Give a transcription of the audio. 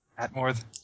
Atmore